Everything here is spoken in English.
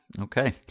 okay